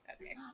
Okay